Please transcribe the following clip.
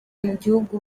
umuhungu